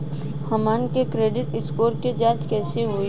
हमन के credit score के जांच कैसे होइ?